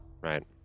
Right